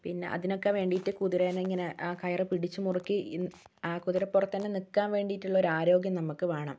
പിന്നെ അതിനൊക്കെവേണ്ടീട്ട് കുതിരനെ ഇങ്ങനെ ആ കയറു പിടിച്ചുമുറുക്കി ഈ ആ കുതിരപ്പുറത്ത് തന്നെ നിൽക്കാൻ വേണ്ടിയിട്ടുള്ളൊരു ആരോഗ്യം നമുക്ക് വേണം